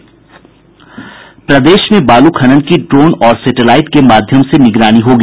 प्रदेश में बालू खनन की ड्रोन और सेटेलाईट के माध्यम से निगरानी होगी